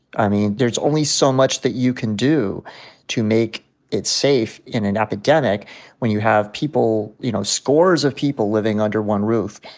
i mean, there's only so much that you can do to make it safe in an epidemic when you have, you know, scores of people living under one roof,